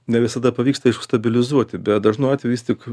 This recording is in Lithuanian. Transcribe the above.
ne visada pavyksta stabilizuoti bet dažnu atveju vis tik